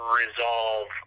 resolve